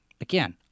Again